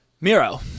Miro